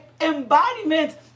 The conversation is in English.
embodiment